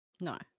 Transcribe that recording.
No